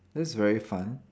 this very fun